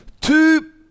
Two